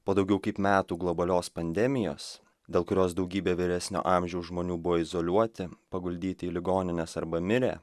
po daugiau kaip metų globalios pandemijos dėl kurios daugybė vyresnio amžiaus žmonių buvo izoliuoti paguldyti į ligonines arba mirė